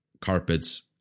carpets